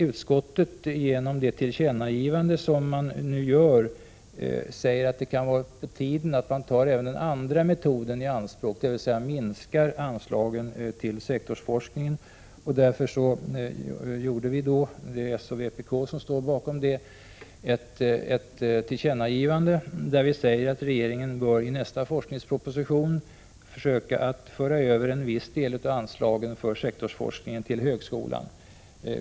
Utskottet säger att det kan vara på tiden att ta även den andra metoden i anspråk, dvs. minska anslagen till sektorsforskningen. Därför gjorde vi — det är s och vpk som står bakom det — ett tillkännagivande, där vi säger att regeringen bör i nästa forskningsproposition försöka att föra över en viss del av anslagen för sektorsforskningen till högskolan.